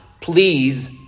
please